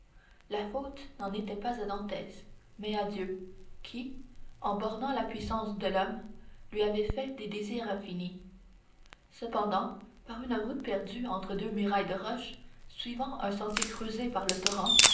la faute n'en était pas à dantès mais à dieu qui en bornant la puissance de l'homme lui a fait des désirs infinis cependant par une route perdue entre deux murailles de roches suivant un sentier creusé par le torrent